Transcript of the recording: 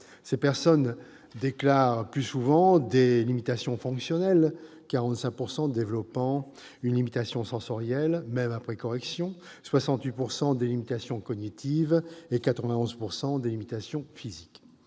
Ces personnes déclarent plus souvent des limitations fonctionnelles : 45 % développent une limitation sensorielle, même après correction, 68 % des limitations cognitives et 91 % des limitations physiques.